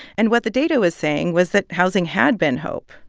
and what the data was saying was that housing had been hope.